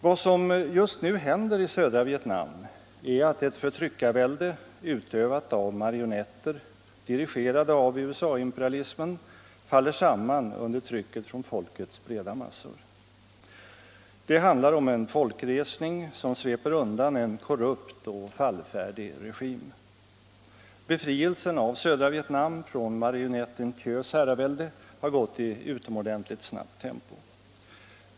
Vad som just nu händer i södra Vietnam är att ett förtryckarvälde, utövat av marionetter dirigerade av USA-imperialismen, faller samman under trycket från folkets breda massor. Det handlar om en folkresning som sveper undan en korrupt och fallfärdig regim. Befrielsen av södra Vietnam från marionetten Thieus herravälde har gått i utomordentligt snabbt tempo.